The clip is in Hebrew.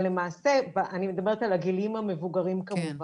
ולמעשה, אני מדברת על הגילים המבוגרים כמובן.